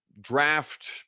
draft